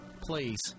please